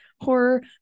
horror